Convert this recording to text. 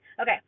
Okay